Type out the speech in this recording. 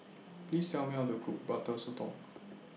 Please Tell Me How to Cook Butter Sotong